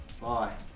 Bye